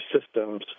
systems